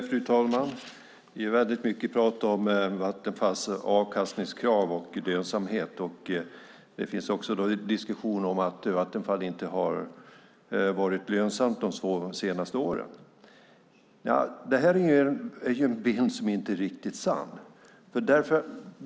Fru talman! Det är väldigt mycket prat om Vattenfalls avkastningskrav och lönsamhet. Det finns också en diskussion om att Vattenfall inte har varit lönsamt de två senaste åren, men det är en bild som inte är riktigt sann.